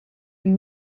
een